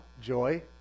joy